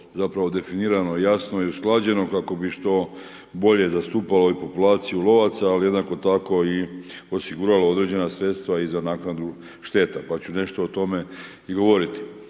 zapravo definirano, jasno i usklađeno kako bi što bolje zastupalo populaciju lovaca ali jednako tako i osiguralo određena sredstva i za naknadu štete pa ću nešto o tome i govoriti.